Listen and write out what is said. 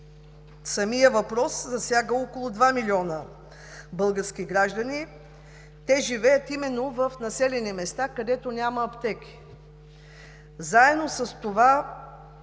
Самият въпрос засяга около 2 милиона български граждани. Те живеят именно в населени места, където няма аптеки.